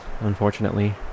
unfortunately